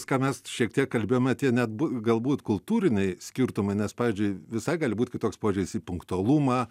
ką mes šiek tiek kalbėjome tie net bu galbūt kultūriniai skirtumai nes pavyzdžiui visai gali būt kitoks požiūris į punktualumą